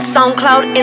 SoundCloud